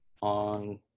on